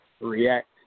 react